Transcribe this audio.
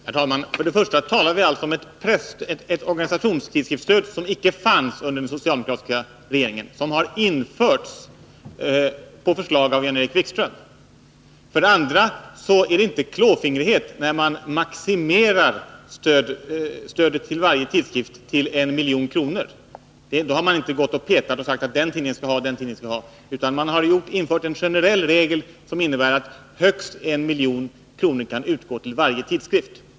Herr talman! För det första talar vi om ett organisationstidskriftsstöd som icke fanns under den socialdemokratiska regeringstiden utan som har införts på förslag av Jan-Erik Wikström. För det andra är det inte klåfingrighet att maximera stödet till varje tidskrift till I milj.kr. Man har inte gått och petat och sagt hur mycket den eller den tidningen bör få, utan man har infört en generell regel som innebär att högst 1 milj.kr. kan utgå till varje tidskrift.